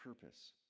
purpose